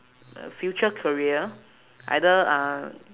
a future career either uh